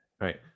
Right